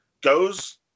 goes